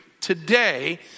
today